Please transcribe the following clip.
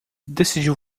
decidiu